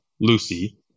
Lucy